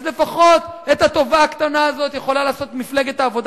אז לפחות את הטובה הקטנה הזאת יכולה לעשות מפלגת העבודה